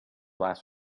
last